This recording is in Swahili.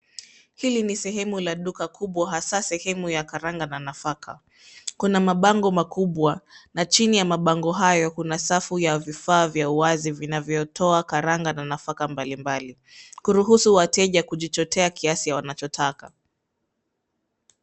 Hili ni sehemu ya Duka kubwa hasa sehemu ya karanga na nafaka. Kuna mabango makubwa na chini ya mabango hayo kuna safu ya vifaa vya wazi vinavyotoa karanga na nafaka mbali mbali kuruhusu wateja kujitotea kiasi wanachotaka.